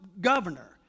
governor